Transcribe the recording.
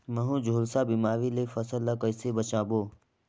महू, झुलसा बिमारी ले फसल ल कइसे बचाबो?